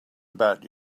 about